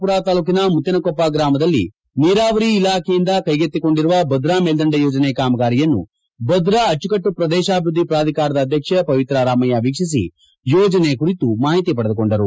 ಪುರ ತಾಲ್ಲೂಕಿನ ಮುತ್ತಿನಕೊಪ್ಪ ಗ್ರಾಮದಲ್ಲಿ ನೀರಾವರಿ ಇಲಾಖೆಯಿಂದ ಕೈಗೆತ್ತಿಕೊಂಡಿರುವ ಭದ್ರಾ ಮೇಲ್ದಂಡೆ ಯೋಜನೆ ಕಾಮಗಾರಿಯನ್ನು ಭದ್ರಾ ಅಚ್ಚುಕಟ್ಟು ಪ್ರದೇಶಾಭಿವೃದ್ಧಿ ಪ್ರಾಧಿಕಾರದ ಅಧ್ಯಕ್ಷೆ ಪವಿತ್ರಾ ರಾಮಯ್ಯವೀಕ್ಷಿಸಿ ಯೋಜನೆಯ ಕುರಿತು ಮಾಹಿತಿ ಪಡೆದುಕೊಂಡರು